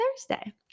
Thursday